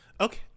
Okay